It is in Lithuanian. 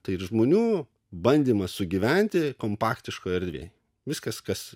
tai ir žmonių bandymas sugyventi kompaktiškoj erdvėj viskas kas